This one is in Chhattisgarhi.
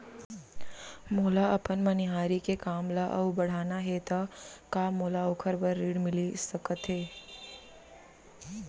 मोला अपन मनिहारी के काम ला अऊ बढ़ाना हे त का मोला ओखर बर ऋण मिलिस सकत हे?